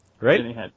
Right